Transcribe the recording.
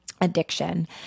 addiction